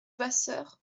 vasseur